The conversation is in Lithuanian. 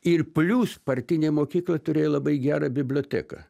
ir plius partinė mokykla turėjo labai gerą biblioteką